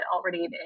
already